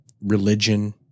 religion